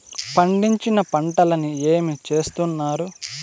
పండించిన పంటలని ఏమి చేస్తున్నారు?